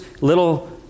little